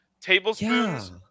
tablespoons